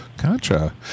Gotcha